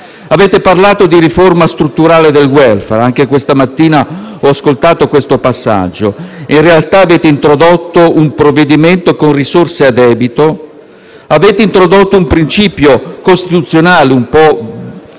Avete parlato di riforma strutturale del *welfare* e anche questa mattina ho ascoltato questo passaggio. In realtà, avete introdotto un provvedimento con risorse a debito; avete introdotto un principio costituzionale un po'